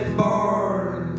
barn